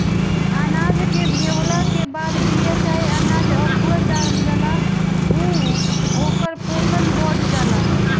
अनाज के भेवला के बाद बिया चाहे अनाज अखुआ जाला त ओकर पोषण बढ़ जाला